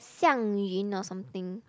xiang yun or something